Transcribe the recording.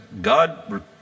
God